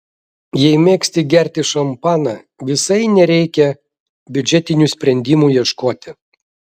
jei mėgsti gerti šampaną visai nereikia biudžetinių sprendimų ieškoti